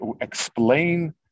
explain